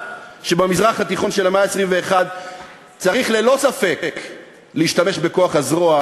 שבמזרח התיכון של המאה ה-21 צריך ללא ספק להשתמש בכוח הזרוע,